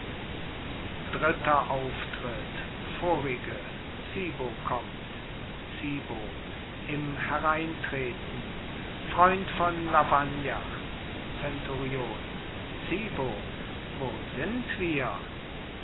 dritter auftritt vorige zibo kommt zibo im hereintreten freund von lavagna zenturione zibo wo sind wir